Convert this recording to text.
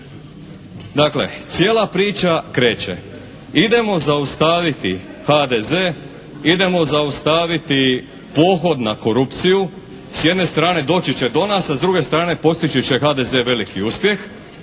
Dakle, cijela priča kreće. Idemo zaustaviti HDZ, idemo zaustaviti pohod na korupciju, s jedne strane doći će do nas, a s druge strane postići će HDZ veliki uspjeh,